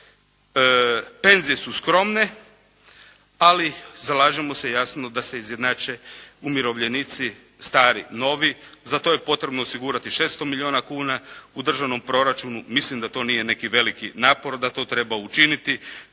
Penzije su skromne, ali zalažemo se jasno da se izjednače umirovljenici stari-novi. Za to je potrebno osigurati 600 milijuna kuna u državnom proračunu. Mislim da to nije neki veliki napor, da to treba učiniti.